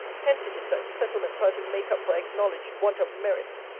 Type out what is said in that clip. hence it is, that settlements are to make up for acknowledged want of merit!